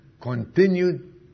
continued